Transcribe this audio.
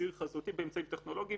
בעקבות